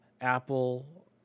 Apple